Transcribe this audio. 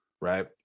right